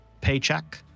paycheck